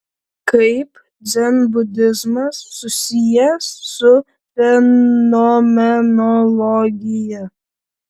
kaip dzenbudizmas susijęs su fenomenologija